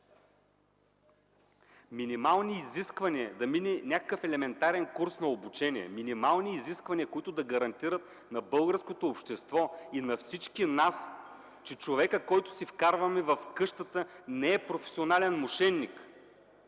не е престъпник, да мине някакъв елементарен курс на обучение – минимални изисквания, които да гарантират на българското общество и на всички нас, че човекът, който си вкарваме в къщата, не е професионален мошеник,